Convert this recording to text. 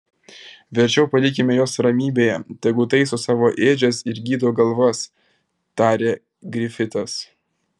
verčiau palikime juos ramybėje tegu taiso savo ėdžias ir gydo galvas tarė grifitas